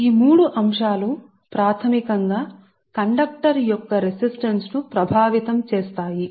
ఈ మూడు అంశాలు ప్రాథమికంగా కండక్టర్ రెసిస్టన్స్ ప్రభావితం చేస్తాయి